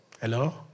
Hello